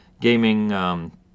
gaming